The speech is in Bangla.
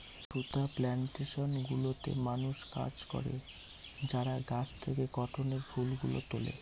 সুতা প্লানটেশন গুলোতে মানুষ কাজ করে যারা গাছ থেকে কটনের ফুল গুলো তুলে